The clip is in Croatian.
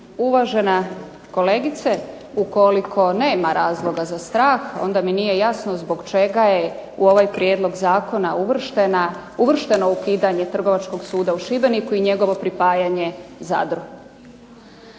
Uvažena kolegice, ukoliko nema razloga za strah, onda mi nije jasno zbog čega je u ovaj prijedlog zakona uvršteno ukidanje Trgovačkog suda u Šibeniku, i njegovo pripajanje Zadru.